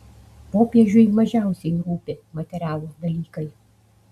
popiežiui mažiausiai rūpi materialūs dalykai